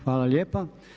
Hvala lijepa.